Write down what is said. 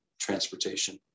transportation